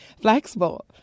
flexible